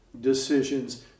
decisions